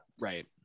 Right